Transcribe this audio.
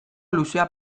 luzea